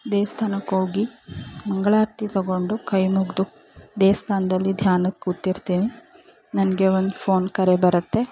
ದೇವಸ್ಥಾನಕ್ ಹೋಗಿ ಮಂಗಳಾರ್ತಿ ತಗೊಂಡು ಕೈ ಮುಗಿದು ದೇವಸ್ಥಾನ್ದಲ್ಲಿ ಧ್ಯಾನಕ್ಕೆ ಕೂತಿರ್ತೀನಿ ನನಗೆ ಒಂದು ಫೋನ್ ಕರೆ ಬರುತ್ತೆ